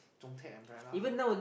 don't take umbrella